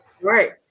Right